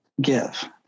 give